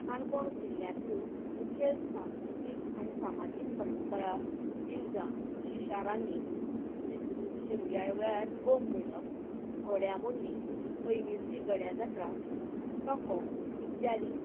काणकोण जिल्ल्यांतल्यो मुखेल सांस्कृतीक आनी सामाजीक परंपरा दिवजा शिशारणी शिगम्या वेळार गोफ विणप घोड्यामोडणी पयलींची गड्या जात्रा टोको इत्यादी